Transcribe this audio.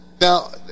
Now